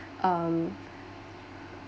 um